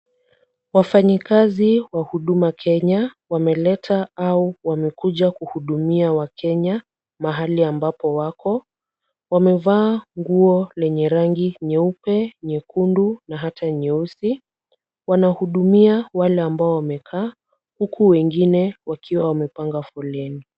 Wafanyikazi wa huduma Kenya wameleta au wamekuja kuhudumia wakenya hahali ambapo wako, wamevaa nguo lenye rangi nyeupe, nyekundu na hata nyeusi. Wanahudumia wale ambao wamekaa huku wengine wakiwa wamepanga foleni.